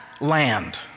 land